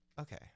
okay